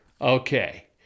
okay